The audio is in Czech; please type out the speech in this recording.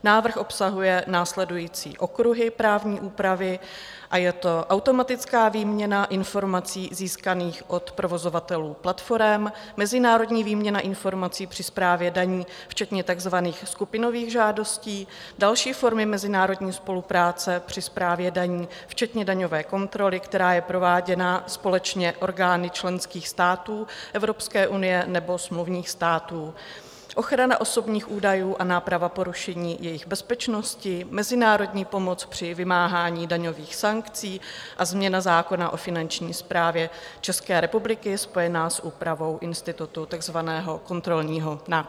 Návrh obsahuje následující okruhy právní úpravy a je to automatická výměna informací získaných od provozovatelů platforem, mezinárodní výměna informací při správě daní včetně takzvaných skupinových žádostí, další formy mezinárodní spolupráce při správě daní včetně daňové kontroly, která je prováděná společně orgány členských států Evropské unie nebo smluvních států, ochrana osobních údajů a náprava porušení jejich bezpečnosti, mezinárodní pomoc při vymáhání daňových sankcí a změna zákona o finanční správě České republiky spojená s úpravou institutu takzvaného kontrolního nákupu.